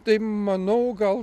tai manau gal